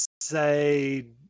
say